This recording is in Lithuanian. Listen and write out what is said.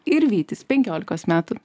ir vytis penkiolikos metų